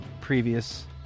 previous